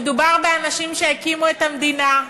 מדובר באנשים שהקימו את המדינה,